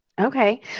Okay